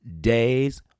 days